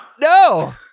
No